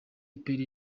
perry